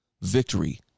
victory